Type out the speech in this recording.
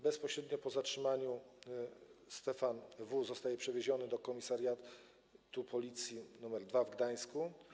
Bezpośrednio po zatrzymaniu Stefan W. zostaje przewieziony do Komisariatu Policji II w Gdańsku.